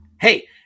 Hey